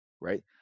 right